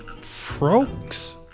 frogs